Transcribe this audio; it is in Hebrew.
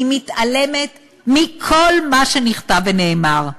מתעלמת מכל מה שנכתב ונאמר,